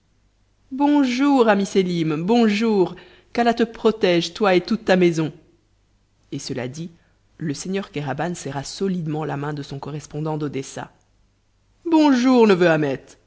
bonjour ami sélim bonjour qu'allah te protège toi et toute ta maison et cela dit le seigneur kéraban serra solidement la main de son correspondant d'odessa bonjour